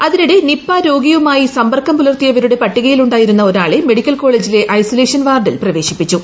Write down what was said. അതിനിടെ നിപ രോഗിയുമായി സമ്പർക്കം പുലർത്തിയവരുടെ പട്ടികയിൽ ഉണ്ടായിരുന്ന ഒരാളെ മെഡിക്കൽ കോളേജിലെ ഐസൊലേഷൻ വാർഡിൽ പ്രവേശിപ്പിച്ചു